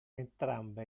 entrambi